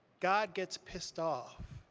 god gets pissed off